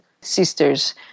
sisters